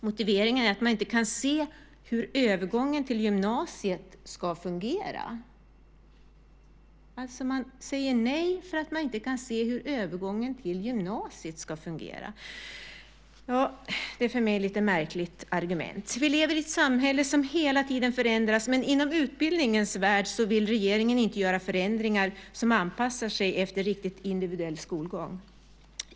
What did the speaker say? Motiveringen är att man inte kan se hur övergången till gymnasiet ska fungera. Man säger alltså nej därför att man inte kan se hur övergången till gymnasiet ska fungera! För mig är det ett lite märkligt argument. Vi lever i ett samhälle som hela tiden förändras, men inom utbildningens värld vill regeringen inte göra förändringar som anpassar skolan till riktigt individuell skolgång.